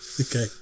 Okay